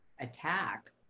attack